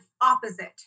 opposite